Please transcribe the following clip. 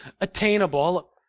attainable